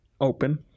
Open